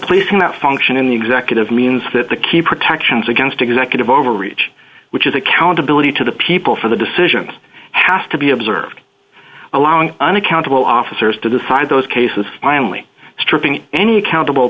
placing that function in the executive means that the key protections against executive overreach which is accountability to the people for the decisions have to be observed allowing unaccountable officers to decide those cases finally stripping any accountable